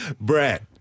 Brett